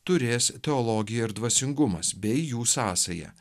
turės teologija ir dvasingumas bei jų sąsaja